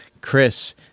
Chris